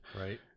right